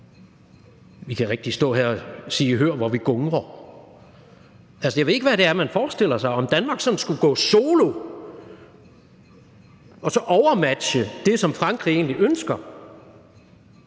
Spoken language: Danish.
man rigtig kan stå og sige: »Hør, hvor vi gungrer«. Altså, jeg ved ikke, hvad det er, man forestiller sig: om Danmark sådan skulle gå solo og så overmatche det, som Frankrig egentlig ønsker?